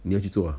你要去做 ah